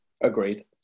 Agreed